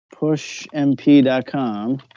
pushmp.com